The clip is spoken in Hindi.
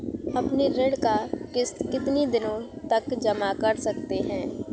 अपनी ऋण का किश्त कितनी दिनों तक जमा कर सकते हैं?